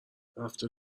رفته